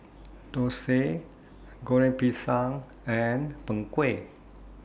Dosa Goreng Pisang and Png Kueh